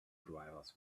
drivers